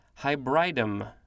hybridum